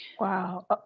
Wow